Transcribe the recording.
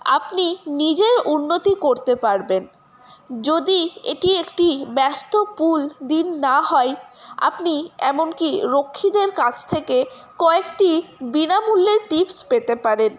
আপনি নিজের উন্নতি করতে পারবেন যদি এটি একটি ব্যস্ত পুল দিন না হয় আপনি এমনকি রক্ষীদের কাছ থেকে কয়েকটি বিনামূল্যের টিপস পেতে পারেন